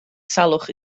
salwch